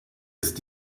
ist